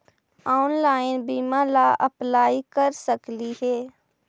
Online बीमा ला apply कर सकली हे?